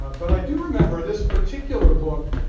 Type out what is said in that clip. but i do remember this particular book